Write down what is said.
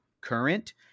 current